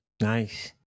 Nice